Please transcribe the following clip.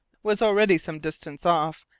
was already some distance off,